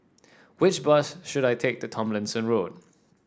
which bus should I take to Tomlinson Road